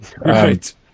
Right